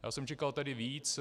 Já jsem čekal tedy víc.